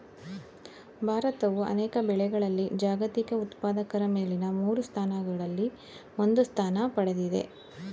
ಭಾರತವು ಅನೇಕ ಬೆಳೆಗಳಲ್ಲಿ ಜಾಗತಿಕ ಉತ್ಪಾದಕರ ಮೇಲಿನ ಮೂರು ಸ್ಥಾನಗಳಲ್ಲಿ ಒಂದು ಸ್ಥಾನ ಪಡೆದಿದೆ